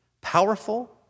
powerful